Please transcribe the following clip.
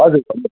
हजुर भन्नुहोस्